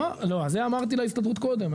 את זה אמרתי להסתדרות קודם.